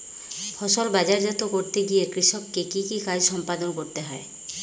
ফসল বাজারজাত করতে গিয়ে কৃষককে কি কি কাজ সম্পাদন করতে হয়?